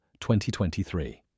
2023